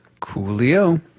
Coolio